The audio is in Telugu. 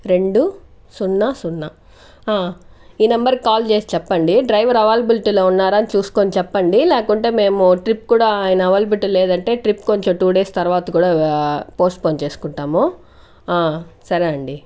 రెండు సున్నా సున్నా ఆ ఈ నెంబర్ కి కాల్ చేసి చెప్పండి డ్రైవర్ అవైలబుల్టీ లో ఉన్నారా చూస్కొని చెప్పండి లేకుంటే మేము ట్రిప్ కూడా ఆయన అవైలబిల్టీ లేదంటే ట్రిప్ కొంచం టూ డేస్ తర్వాత కూడా పోస్ట్ పోన్ చేస్కుంటాము ఆ సరే అండి